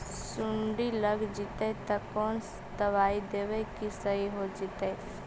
सुंडी लग जितै त कोन दबाइ देबै कि सही हो जितै?